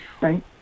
Right